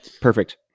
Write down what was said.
perfect